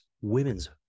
women's